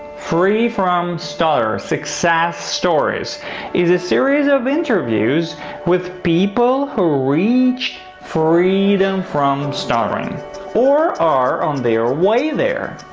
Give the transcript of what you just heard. free from stutter success stories is a series of interviews with people who reached freedom from and stuttering or are on their way there.